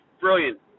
brilliant